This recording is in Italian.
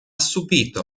subito